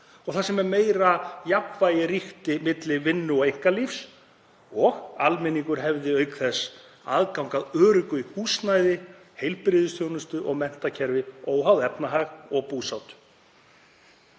og þar sem meira jafnvægi ríkir milli vinnu og einkalífs og almenningur hefði auk þess aðgang að öruggu húsnæði, heilbrigðisþjónustu og menntakerfi óháð efnahag og búsetu.